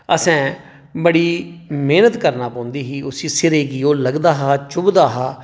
असें बड़ी मैह्नत करना पौंदी ही उसी सिरै गी ओह् लगदा हा चुभदा हा